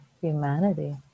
humanity